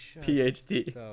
Ph.D